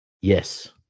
Yes